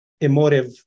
emotive